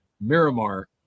Miramar